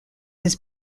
his